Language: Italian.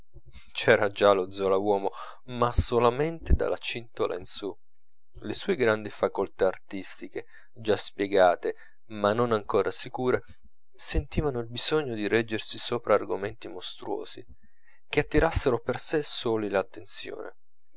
c'era già lo zola uomo ma solamente dalla cintola in su le sue grandi facoltà artistiche già spiegate ma non ancora sicure sentivano il bisogno di reggersi sopra argomenti mostruosi che attirassero per sè soli l'attenzione